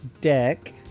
deck